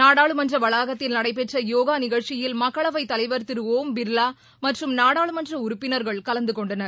நாடாளுமன்ற வளாகத்தில் நடைபெற்ற யோகா நிகழ்ச்சியில் மக்களவைத் தலைவர் திரு ஓம் பிர்லா மற்றும் நாடாளுமன்ற உறுப்பினர்கள் கலந்துகொண்டார்